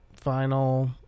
final